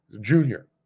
Junior